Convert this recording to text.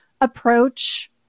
approach